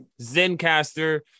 Zencaster